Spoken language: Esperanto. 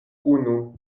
unu